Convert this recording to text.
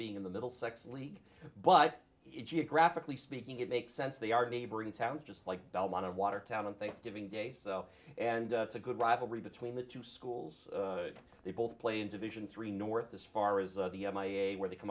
being in the middle sex league but it geographically speaking it makes sense they are neighboring towns just like belmont in watertown on thanksgiving day so and it's a good rivalry between the two schools they both play into vision three north as far as the m i a where they come